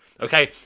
Okay